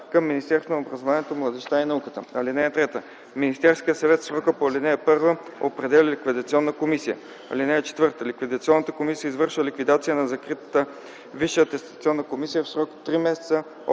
към Министерството на образованието, младежта и науката. (3) Министерският съвет в срока по ал. 1 определя ликвидационна комисия. (4) Ликвидационната комисия извършва ликвидацията на закритата Висша атестационна комисия в срок три месеца